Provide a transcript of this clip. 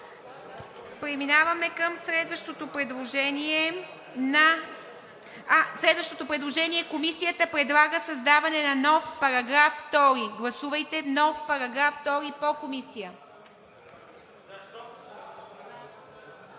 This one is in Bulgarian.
Преминаваме към следващото предложение. Комисията предлага създаване на нов § 2. Гласувайте нов § 2 по Комисия.